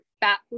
fat